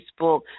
Facebook